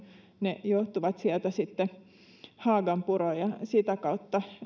ne joutuvat sieltä haaganpuroon ja sitä kautta